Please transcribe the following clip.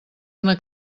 una